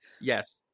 Yes